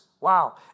Wow